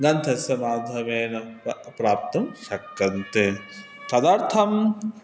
गन्थस्य माध्यमेन प्राप्तुं शक्यन्ते तदर्थं